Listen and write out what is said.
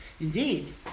indeed